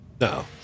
No